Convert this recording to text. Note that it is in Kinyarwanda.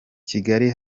kigali